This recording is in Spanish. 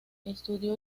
estudió